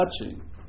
touching